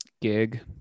gig